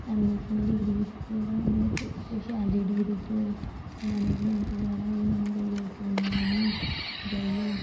M A च मै degree कीती दी अमां में इक कोई शैल जेही डिग्री उत्थां कोई मैनेजमेंट बगैरा एह् नेहा कोई कोर्स करना चाह्न्नी जाइयै